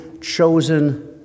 chosen